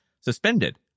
suspended